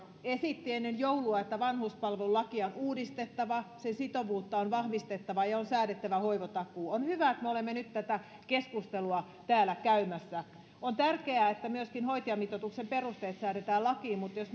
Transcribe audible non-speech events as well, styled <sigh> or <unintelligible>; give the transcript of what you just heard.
esitti ennen joulua että vanhuspalvelulakia on uudistettava sen sitovuutta on vahvistettava ja ja on säädettävä hoivatakuu on hyvä että me olemme nyt tätä keskustelua täällä käymässä on tärkeää että myöskin hoitajamitoituksen perusteet säädetään lakiin mutta jos <unintelligible>